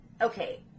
Okay